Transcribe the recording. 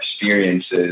experiences